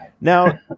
now